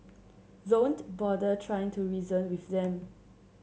don't bother trying to reason with them